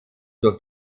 durch